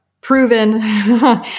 proven